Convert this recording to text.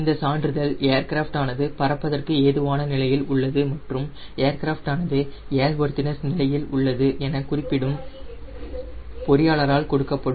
இந்த சான்றிதழ் ஏர்கிராஃப்ட் ஆனது பறப்பதற்கு ஏதுவான நிலையில் உள்ளது மற்றும் ஏர்கிராஃப்ட் ஆனது ஏர்வொர்தினஸ் நிலையில் உள்ளது என குறிப்பிடும் பொறியாளரால் கொடுக்கப்படும்